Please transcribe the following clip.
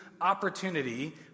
opportunity